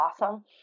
awesome